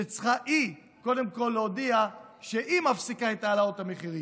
שצריכה קודם כול להודיע שהיא מפסיקה את העלאות המחירים.